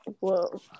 Whoa